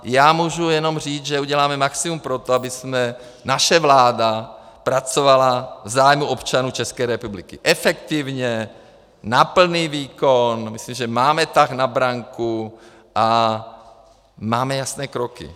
Já můžu jenom říct, že uděláme maximum pro to, aby naše vláda pracovala v zájmu občanů České republiky efektivně, na plný výkon, že máme tah na branku a máme jasné kroky.